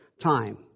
time